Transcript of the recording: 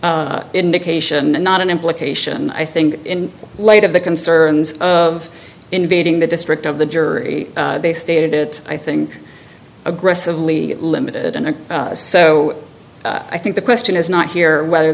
indication and not an implication i think in light of the concerns of invading the district of the jury they stated i think aggressively limited and so i think the question is not here whether